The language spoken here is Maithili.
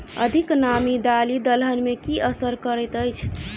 अधिक नामी दालि दलहन मे की असर करैत अछि?